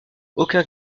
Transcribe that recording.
aucun